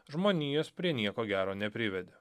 žmonijos prie nieko gero neprivedė